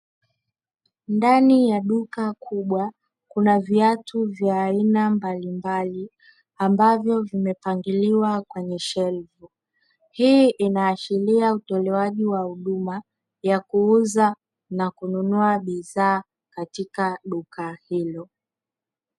Ndani ya duka kubwa ,kuna viatu vya aina mbalimbali, ambavyo vimepangilwa kwenye shelfu, hii inaashiria utolewaji wa huduma ya kuuza na kununua bidhaa katika duka hilo.